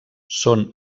són